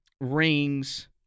rings